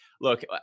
look